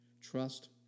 trust